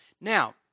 Now